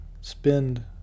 spend